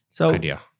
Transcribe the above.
idea